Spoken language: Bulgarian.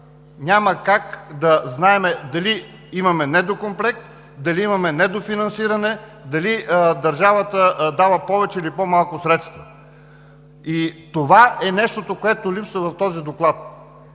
няма как да знаем дали имаме недокомплект, дали имаме недофинансиране, дали държавата дава повече или по малко средства. И това е нещото, което липсва в този доклад